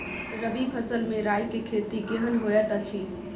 रबी फसल मे राई के खेती केहन होयत अछि?